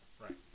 Right